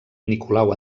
nicolau